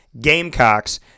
Gamecocks